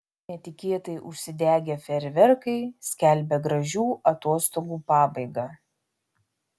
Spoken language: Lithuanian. netikėtai užsidegę fejerverkai skelbia gražių atostogų pabaigą